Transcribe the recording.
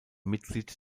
mitglied